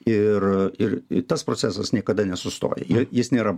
ir ir tas procesas niekada nesustoja ji jis nėra